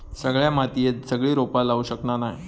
सगळ्या मातीयेत सगळी रोपा लावू शकना नाय